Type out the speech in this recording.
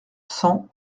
cent